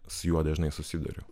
su juo dažnai susiduriu